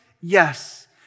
Yes